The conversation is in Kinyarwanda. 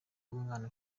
umwana